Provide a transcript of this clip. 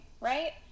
right